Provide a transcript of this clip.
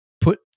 put